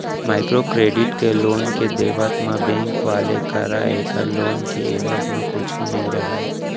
micro credit के loan के देवत म बेंक वाले करा ऐखर लोन के एवेज म कुछु नइ रहय